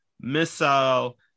missile